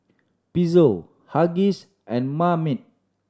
Pezzo Huggies and Marmite